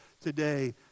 today